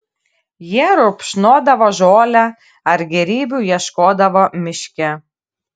jie rupšnodavo žolę ar gėrybių ieškodavo miške